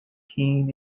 keen